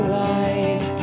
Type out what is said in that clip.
light